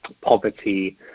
poverty